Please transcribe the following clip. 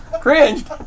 Cringed